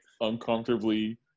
uncomfortably